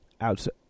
outside